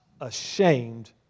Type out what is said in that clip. ashamed